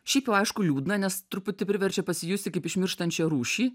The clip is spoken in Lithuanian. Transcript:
šiaip jau aišku liūdna nes truputį priverčia pasijusti kaip išmirštančią rūšį